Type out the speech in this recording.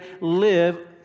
live